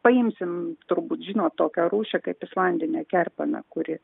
paimsim turbūt žinot tokią rūšį kaip islandinė kerpena kuri